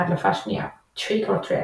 הדלפה שנייה "הודעה